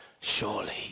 Surely